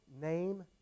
name